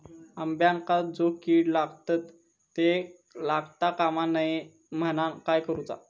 अंब्यांका जो किडे लागतत ते लागता कमा नये म्हनाण काय करूचा?